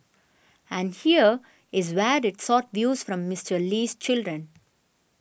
and here is where it sought views from Mister Lee's children